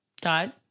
Todd